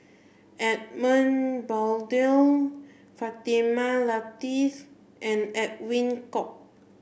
Edmund Blundell Fatimah Lateef and Edwin Koek